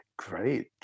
Great